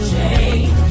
Change